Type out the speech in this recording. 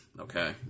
Okay